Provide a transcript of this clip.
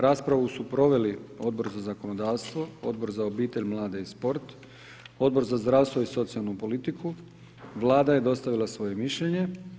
Raspravu su proveli Odbor za zakonodavstvo, Odbor za obitelj, mlade i sport, Odbor za zdravstvo i socijalnu politiku, Vlada je dostavila svoje mišljenje.